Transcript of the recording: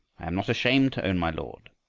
i'm not ashamed to own my lord,